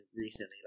recently